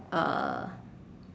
uh